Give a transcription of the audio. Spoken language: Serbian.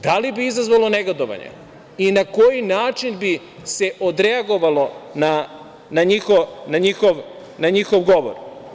Da li bi izazvalo negodovanja i na koji način bi se odreagovalo na njihov govor?